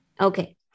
okay